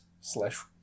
slash